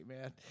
man